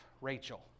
Rachel